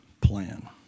plan